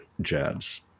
jabs